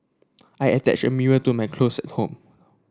I attached a mirror to my closet home